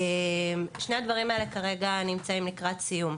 שני הדברים האלה כרגע נמצאים לקראת סיום.